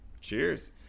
Cheers